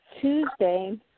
Tuesday